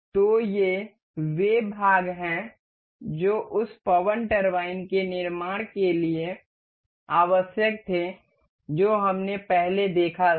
तो ये वे भाग हैं जो उस पवन टरबाइन के निर्माण के लिए आवश्यक थे जो हमने पहले देखा है